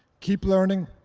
keep learning.